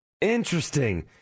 interesting